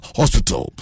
hospital